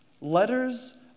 Letters